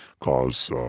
cause